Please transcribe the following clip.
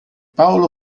paolo